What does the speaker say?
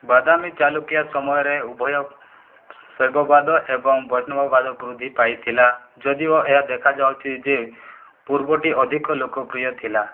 ବାଦାମି ଚାଲୁକିଆ ସମୟରେ ଉଭୟ ଶୈବବାଦ ଏବଂ ବୈଷ୍ଣବବାଦ ବୃଦ୍ଧି ପାଇଥିଲା ଯଦିଓ ଏହା ଦେଖାଯାଉଛି ଯେ ପୂର୍ବଟି ଅଧିକ ଲୋକପ୍ରିୟ ଥିଲା